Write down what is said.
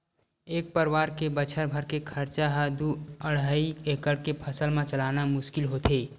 एक परवार के बछर भर के खरचा ह दू अड़हई एकड़ के फसल म चलना मुस्कुल होथे